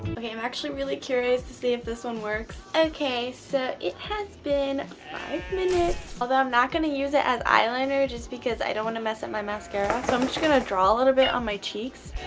okay i'm actually really curious to see if this one works. okay so it has been five minutes. although i'm not gonna use it as eyeliner just because i don't want to mess up my mascara. so i'm just gonna draw a little bit on my cheeks.